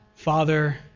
Father